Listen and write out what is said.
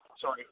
sorry